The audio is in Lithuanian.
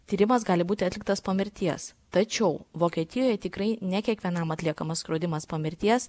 tyrimas gali būti atliktas po mirties tačiau vokietijoje tikrai ne kiekvienam atliekamas skrodimas po mirties